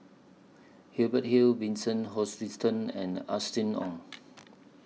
Hubert Hill Vincent Hoisington and Austen Ong